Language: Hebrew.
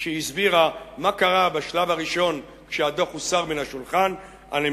כשהיא הסבירה מה קרה בשלב הראשון כשהדוח הוסר מהשולחן בז'נבה.